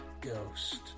Ghost